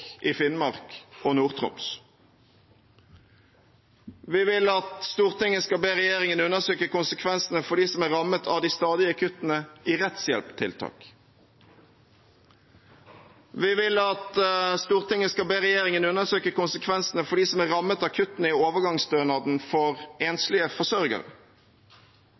i Finnmark og Nord-Troms. Vi vil at Stortinget skal be regjeringen undersøke konsekvensene for dem som er rammet av de stadige kuttene i rettshjelptiltak. Vi vil at Stortinget skal be regjeringen undersøke konsekvensene for dem som er rammet av kuttene i overgangsstønaden for enslige forsørgere.